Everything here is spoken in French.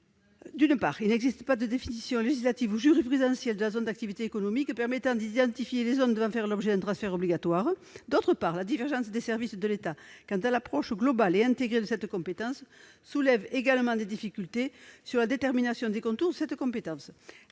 D'une part, il n'existe pas de définition législative ou jurisprudentielle permettant d'identifier les zones d'activité économique devant faire l'objet d'un transfert obligatoire. D'autre part, la divergence des services de l'État quant à l'approche globale et intégrée de cette compétence soulève également des difficultés sur la détermination des contours de cette compétence.